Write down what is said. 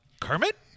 Kermit